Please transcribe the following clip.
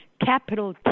capital